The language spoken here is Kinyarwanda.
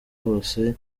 hose